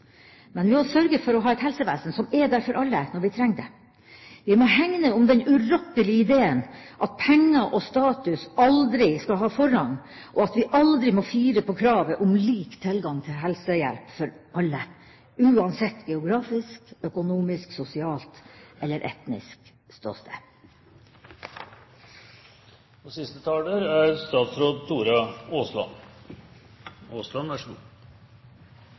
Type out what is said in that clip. Men vi må sørge for å ha et helsevesen som er der for alle når vi trenger det. Vi må hegne om den urokkelige ideen at penger og status aldri skal ha forrang, og at vi aldri må fire på kravet om lik tilgang til helsehjelp for alle, uansett geografisk, økonomisk, sosialt eller etnisk ståsted. Også jeg takker for debatten, og